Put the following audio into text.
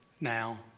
now